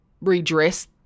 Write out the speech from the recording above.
redress